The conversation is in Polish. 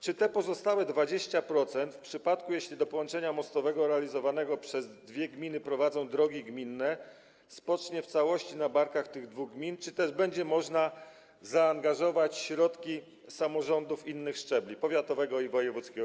Czy te pozostałe 20%, w przypadku gdy do połączenia mostowego realizowanego przez dwie gminy prowadzą drogi gminne, spocznie w całości na barkach tych dwóch gmin, czy też będzie można zaangażować środki samorządów innych szczebli - powiatowego i wojewódzkiego?